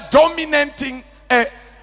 dominating